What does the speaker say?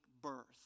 birth